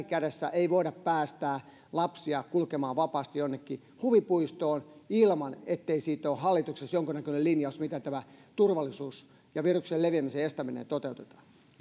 kädessä ei voida päästää lapsia kulkemaan vapaasti jonnekin huvipuistoon ilman ettei siitä ole hallituksessa jonkun näköinen linjaus miten tämä turvallisuus ja viruksen leviämisen estäminen toteutetaan